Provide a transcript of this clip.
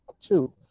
Two